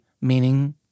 meaning